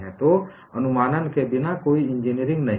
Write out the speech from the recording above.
तो अनुमानन के बिना कोई इंजीनियरिंग नहीं है